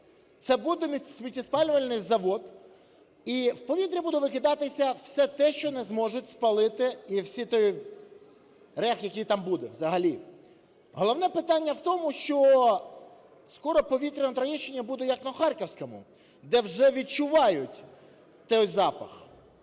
Це буде сміттєспалювальний завод, і в повітря буде викидатися все те, що не зможуть спалити, і весь той рех, який там буде взагалі. Головне питання в тому, що скоро повітря на Троєщині буде, як на Харківському, де вже відчувають той запах.